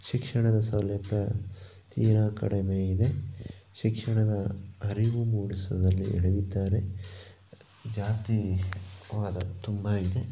ಶಿಕ್ಷಣದ ಸೌಲಭ್ಯ ತೀರಾ ಕಡಿಮೆ ಇದೆ ಶಿಕ್ಷಣದ ಅರಿವು ಮೂಡಿಸುವುರದ್ರಲ್ಲಿ ಎಡವಿದ್ದಾರೆ ಜಾತಿ ವಾದ ತುಂಬ ಇದೆ